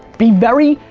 be very,